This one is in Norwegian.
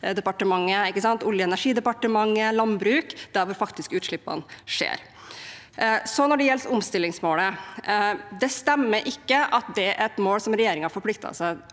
Olje- og energidepartementet og Landbruksdepartementet – hvor utslippene faktisk skjer. Når det gjelder omstillingsmålet, stemmer det ikke at det er et mål som regjeringen har forpliktet seg